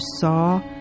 saw